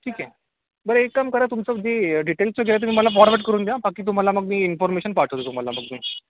ठीक आहे बरं एक काम करा तुमचं जे डिटेलचं जे आहे ते मला फॉरवर्ड करुन द्या बाकी तुम्हाला मग मी इन्फॉर्मेशन पाठवतो तुम्हाला मग मी